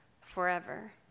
forever